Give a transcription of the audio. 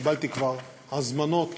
קיבלתי כבר הזמנות